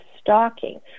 stalking